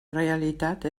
realitat